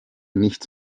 nichts